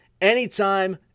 anytime